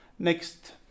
Next